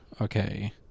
okay